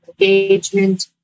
engagement